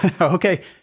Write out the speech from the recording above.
okay